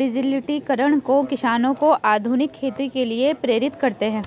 डिजिटलीकरण जो किसानों को आधुनिक खेती के लिए प्रेरित करते है